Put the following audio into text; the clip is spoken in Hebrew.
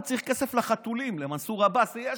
הוא צריך כסף לחתולים, למנסור עבאס יש לו,